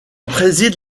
préside